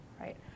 right